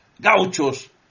Gauchos